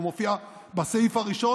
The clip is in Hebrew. הוא מופיע בסעיף הראשון,